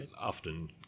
Often